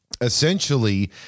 essentially